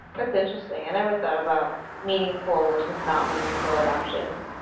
that's interesting. i never thought about meaningful versus not meaningful adoption.